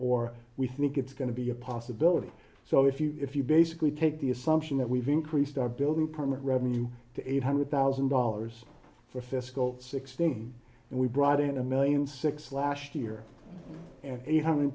or we think it's going to be a possibility so if you if you basically take the assumption that we've increased our building permit revenue to eight hundred thousand dollars for fiscal sixteen and we brought in a million six last year and eight hundred